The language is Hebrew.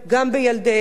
גם בילדיהן,